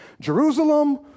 Jerusalem